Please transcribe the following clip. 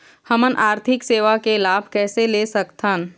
हमन आरथिक सेवा के लाभ कैसे ले सकथन?